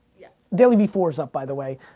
yeah dailyvee four is up, by the way